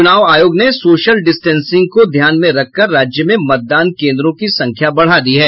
चुनाव आयोग ने सोशल डिस्टेंसिंग को ध्यान में रखकर राज्य में मतदान केंद्रों की संख्या बढ़ा दी है